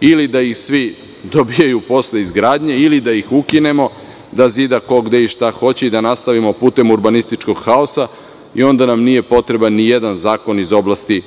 ili da ih svi dobijaju posle izgradnje ili da ih ukinemo, da zida ko, gde i šta hoće i da nastavimo putem urbanističkog haosa. Onda nam nije potreban ni jedan zakon iz oblasti